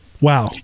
Wow